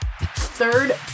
third